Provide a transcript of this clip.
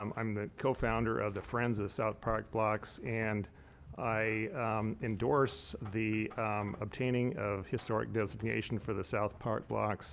um um the co-founder of the friends of south park blocks. and i endorse the obtaining of historic designation for the south park blocks